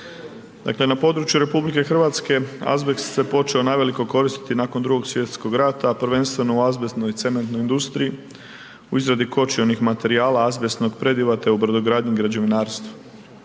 azbestu. Na području RH azbest se počeo naveliko koristiti nakon Drugog svjetskog rata, a prvenstveno u azbestnoj cementnoj industriji u izradi kočionih materijala azbestnog prediva te u brodogradnji i građevinarstvu.